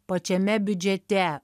pačiame biudžete